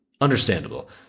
Understandable